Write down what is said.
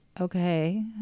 Okay